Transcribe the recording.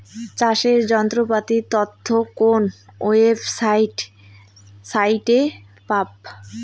চাষের যন্ত্রপাতির তথ্য কোন ওয়েবসাইট সাইটে পাব?